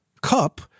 cup